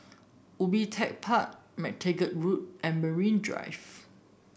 Ubi Tech Park MacTaggart Road and Marine Drive